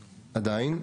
עדיין.